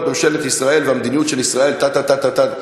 ממשלת ישראל והמדיניות של ישראל טה-טה-טה-טה.